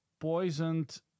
poisoned